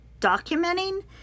documenting